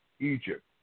Egypt